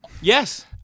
yes